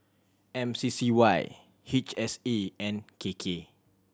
M C C Y H S E and K K